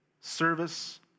service